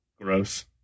gross